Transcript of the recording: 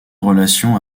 relations